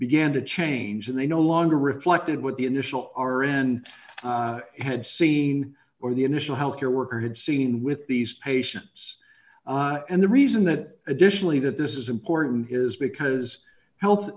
began to change and they no longer reflected what the initial r n had seen or the initial healthcare worker had seen with these patients and the reason that additionally that this is important is because health